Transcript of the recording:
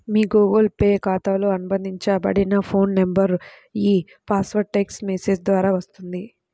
మీ Google Pay ఖాతాతో అనుబంధించబడిన phone నంబర్కు ఈ పాస్వర్డ్ టెక్ట్స్ మెసేజ్ ద్వారా వస్తుంది